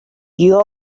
you